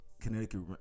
Connecticut –